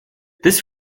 this